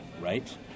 Right